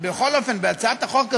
בכל אופן, בהצעת החוק הזו,